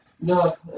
No